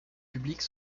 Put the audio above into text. publiques